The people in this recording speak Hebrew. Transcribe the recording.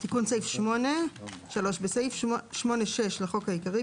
תיקון סעיף 8 3. בסעיף 8(6) לחוק העיקרי,